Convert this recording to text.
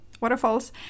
waterfalls